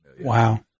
Wow